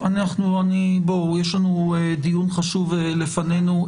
בואו, יש לנו דיון חשוב לפנינו.